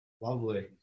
Lovely